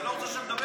אתה לא רוצה שנדבר?